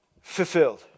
fulfilled